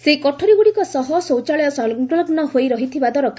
ସେହି କୋଠରିଗୁଡ଼ିକ ସହ ଶୌଚାଳୟ ସଂଲଗ୍ନ ହୋଇ ରହିଥିବା ଦରକାର